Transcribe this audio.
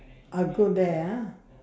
I go there ah